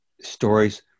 Stories